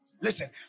Listen